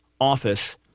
office